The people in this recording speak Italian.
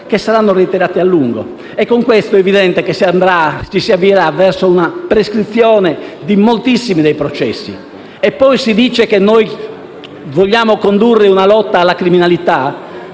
che saranno reiterate a lungo. Con tutto ciò è evidente che ci si avvierà verso la prescrizione di moltissimi processi. E poi si dice che noi vogliamo condurre una lotta alla criminalità!